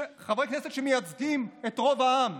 חברי כנסת שמייצגים את רוב העם.